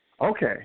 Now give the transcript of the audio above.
Okay